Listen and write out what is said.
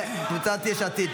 קבוצת יש עתיד?